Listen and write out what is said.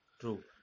True